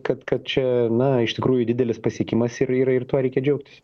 kad kad čia na iš tikrųjų didelis pasiekimas ir ir ir tuo reikia džiaugtis